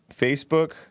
Facebook